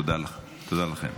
תודה לכם.